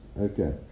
Okay